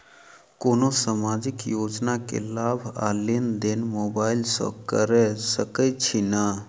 कोनो सामाजिक योजना केँ लाभ आ लेनदेन मोबाइल सँ कैर सकै छिःना?